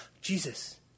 Jesus